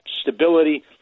stability